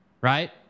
right